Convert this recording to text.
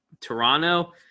toronto